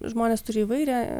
žmonės turi įvairią